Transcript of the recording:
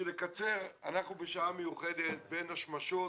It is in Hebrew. בשביל לקצר: אנחנו בשעה מיוחדת, בין השמשות.